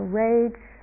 rage